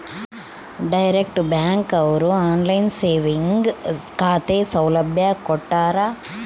direct bank ಅವ್ರು online saving ಖಾತೆ ಸೌಲಭ್ಯ ಕೊಟ್ಟಾರ